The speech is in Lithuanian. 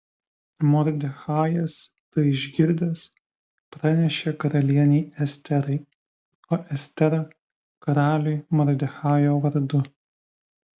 mordechajas tai išgirdęs pranešė karalienei esterai o estera karaliui mordechajo vardu